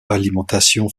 alimentation